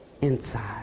inside